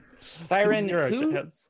Siren